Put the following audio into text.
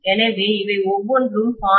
எனவே இவை ஒவ்வொன்றும் 0